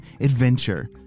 adventure